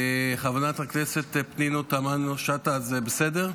חברת הכנסת פנינה תמנו שטה, זה בסדר?